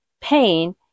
pain